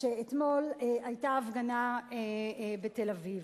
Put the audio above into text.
אתמול היתה הפגנה בתל-אביב.